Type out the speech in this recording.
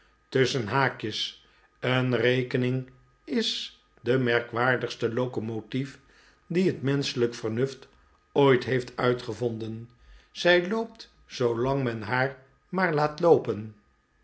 tusschenhaakjes een rekening is de merkwaardigste locomotief die het menschelijk vernuft ooit heeft uitgevonden zij loopt zoolang men haar maar laat loopen